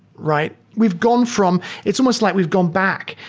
right? we've gone from it's almost like we've gone back.